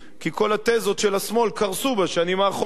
אלא כי כל התזות של השמאל קרסו בשנים האחרונות,